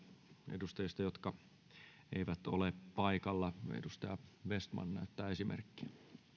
edustajista jotka eivät ole paikalla edustaja vestman näyttää esimerkkiä